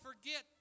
forget